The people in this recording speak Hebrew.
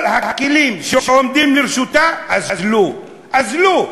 כל הכלים שעומדים לרשותה אזלו, אזלו.